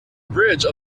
bridge